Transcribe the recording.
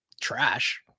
trash